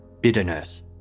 bitterness